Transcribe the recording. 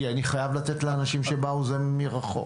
כי אני חייב לתת לאנשים שבאו מרחוק.